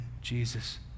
Jesus